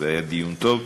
זה היה דיון טוב.